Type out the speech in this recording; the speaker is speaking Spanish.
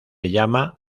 llama